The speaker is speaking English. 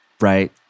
right